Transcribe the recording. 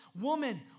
woman